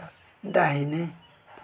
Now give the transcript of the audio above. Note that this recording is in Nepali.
दाहिने